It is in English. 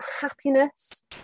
happiness